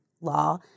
law